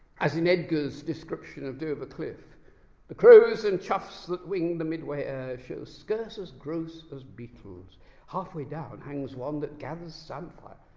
as in edgar's description of dover cliff the crows and choughs that wing the midway air show scarce so gross as beetles half way down hangs one that gathers samphire,